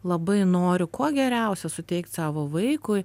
labai noriu kuo geriausia suteikt savo vaikui